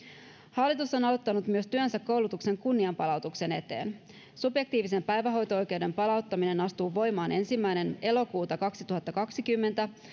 hallitus on aloittanut työnsä myös koulutuksen kunnianpalautuksen eteen subjektiivisen päivähoito oikeuden palauttaminen astuu voimaan ensimmäinen elokuuta kaksituhattakaksikymmentä